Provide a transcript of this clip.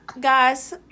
Guys